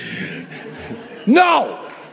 no